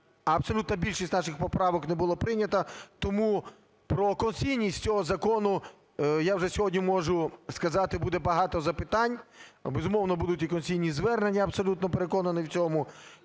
абсолютна більшість наших поправок не була прийнята, тому про конституційність цього закону, я вже сьогодні можу сказати, буде багато запитань, безумовно, будуть і конституційні звернення, я абсолютно переконаний в цьому.